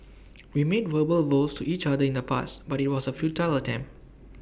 we made verbal vows to each other in the past but IT was A futile attempt